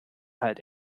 halt